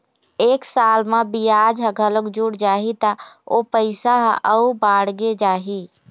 एक साल म बियाज ह घलोक जुड़ जाही त ओ पइसा ह अउ बाड़गे जाही